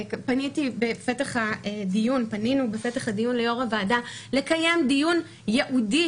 בפתח הדיון פנינו ליו"ר הוועדה בבקשה לקיים דיון ייעודי